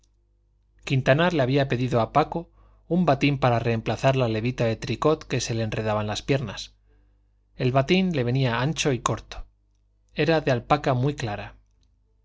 quintanar le había pedido a paco un batín para reemplazar la levita de tricot que se le enredaba en las piernas el batín le venía ancho y corto era de alpaca muy clara el